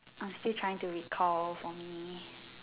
I'm still trying to recall for me